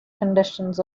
conditions